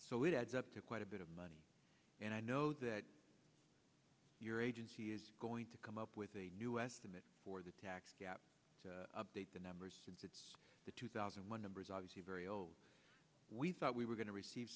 so it adds up to quite a bit of money and i know that your agency is going to come up with a new estimate for the tax gap to update the numbers since it's the two thousand and one numbers obviously very old we thought we were going to receive